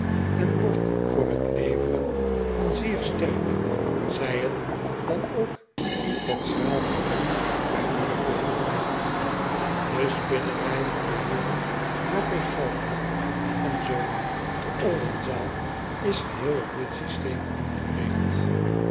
en wordt voor het leveren van zeer sterk zij het dan ook ietwat schraal garen bij voorkeur gebruikt e spinnerij van de eeren elderman en onen te ldenzaal is geheel op dat systeem ingerigt